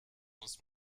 muss